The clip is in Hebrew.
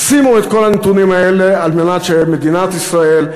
אז שימו את כל הנתונים האלה על מנת שמדינת ישראל,